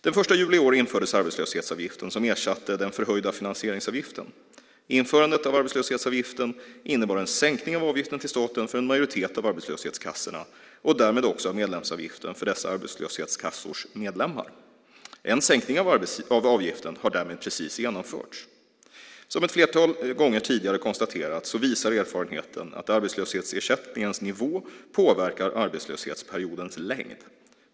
Den 1 juli i år infördes arbetslöshetsavgiften som ersatte den förhöjda finansieringsavgiften. Införandet av arbetslöshetsavgiften innebar en sänkning av avgiften till staten för en majoritet av arbetslöshetskassorna och därmed också av medlemsavgiften för dessa arbetslöshetskassors medlemmar. En sänkning av avgiften har därmed precis genomförts. Som ett flertal gånger tidigare konstaterats visar erfarenheten att arbetslöshetsersättningens nivå påverkar arbetslöshetsperiodens längd.